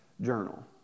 journal